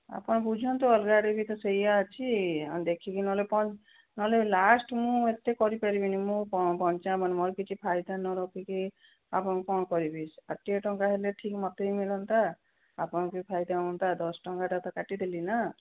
ଆପଣ ବୁଝନ୍ତୁ ଅଲଗା ଆଡ଼େ ବି ତ ସେଇଆ ଅଛି ଦେଖିକି ନହେଲେ ନହେଲେ ଲାଷ୍ଟ ମୁଁ ଏତେ କରିପାରିବିନି ମୁଁ ପଞ୍ଚାବନ ମୋର କିଛି ଫାଇଦା ନ ରଖିକି ଆପଣଙ୍କୁ କ'ଣ କରିବି ଷାଠିଏ ଟଙ୍କା ହେଲେ ଠିକ୍ ମୋତେ ବି ମିଳନ୍ତା ଆପଣ ବି ଫାଇଦା ହୁଅନ୍ତା ଦଶ ଟଙ୍କାଟା ତ କାଟିଦେଲି ନା